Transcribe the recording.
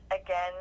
again